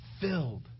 filled